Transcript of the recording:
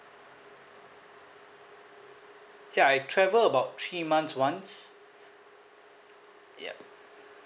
ya I travel about three months once yup